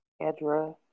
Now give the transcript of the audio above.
Edra